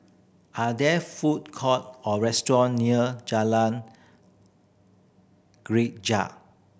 are there food court or restaurant near Jalan Greja